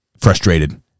frustrated